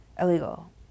illegal